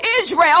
Israel